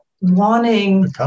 wanting